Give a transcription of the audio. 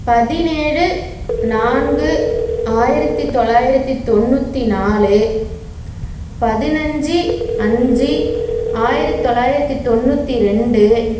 பதினேழு நான்கு ஆயிரத்தி தொள்ளாயிரத்தி தொண்ணூற்றி நாலு பதினஞ்சு அஞ்சு ஆயிரத்தி தொள்ளாயிரத்தி தொண்ணூற்றி ரெண்டு